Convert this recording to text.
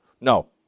No